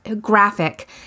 graphic